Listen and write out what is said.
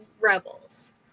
Rebels